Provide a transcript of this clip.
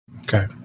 Okay